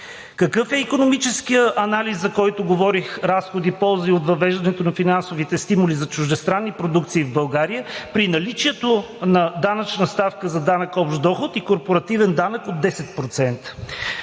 Какъв е икономическият анализ „Разходи/ползи“, за който говорих, от въвеждането на финансовите стимули за чуждестранни продукции в България при наличието на данъчна ставка за данък общ доход и корпоративен данък от 10%?